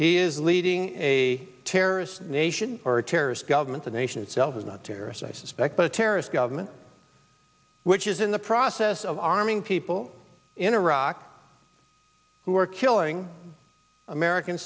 he is leading a terrorist nation or a terrorist government the nation itself is not terrorist i suspect a terrorist government which is in the process of arming people in iraq who are killing american